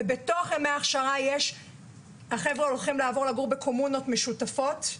בימי ההכשרה החבר'ה עוברים לגור בקומונות משותפים,